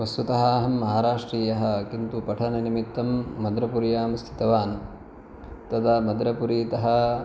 वस्तुतः अहं महाराष्ट्रियः किन्तु पठननिमित्तं मद्रपुर्यां स्थितवान् तदा मद्रपुरीतः